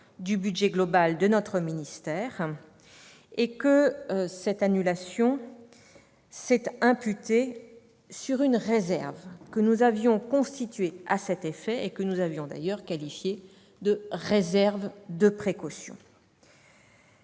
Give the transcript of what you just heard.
du budget global de notre ministère et que cette annulation s'est imputée sur une réserve que nous avions constituée à cet effet, et que nous avions d'ailleurs qualifiée de « réserve de précaution